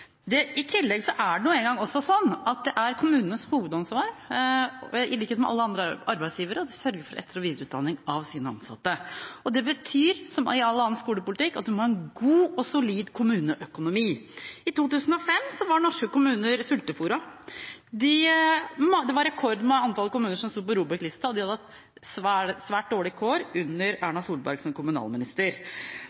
kunnskapssyn. I tillegg: Det er nå en gang sånn at det er kommunenes hovedansvar – i likhet med alle andre arbeidsgiveres – å sørge for etter- og videreutdanning av sine ansatte. Det betyr, som i all annen skolepolitikk, at vi må ha en god og solid kommuneøkonomi. I 2005 var norske kommuner sultefôret. Et rekordantall kommuner sto på ROBEK-lista – de hadde hatt svært dårlige kår under